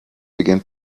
began